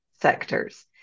sectors